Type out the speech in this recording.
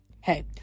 Hey